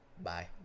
Bye